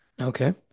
Okay